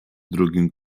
drugim